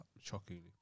Shockingly